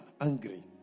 angry